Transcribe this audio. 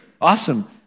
awesome